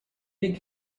big